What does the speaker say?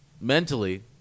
mentally